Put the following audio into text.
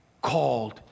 called